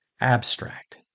abstract